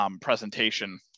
presentation